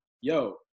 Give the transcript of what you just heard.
yo